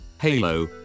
Halo